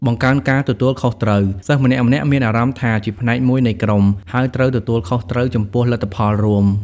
បង្កើនការទទួលខុសត្រូវ សិស្សម្នាក់ៗមានអារម្មណ៍ថាជាផ្នែកមួយនៃក្រុម ហើយត្រូវទទួលខុសត្រូវចំពោះលទ្ធផលរួម។